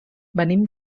venim